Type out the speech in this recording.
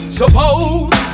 suppose